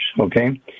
okay